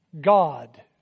God